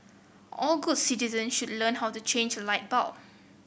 all good citizen should learn how to change a light bulb